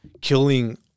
Killing